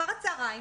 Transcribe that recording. אחר הצוהריים,